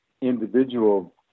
individual